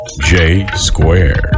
J-Square